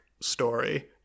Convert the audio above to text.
story